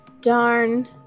darn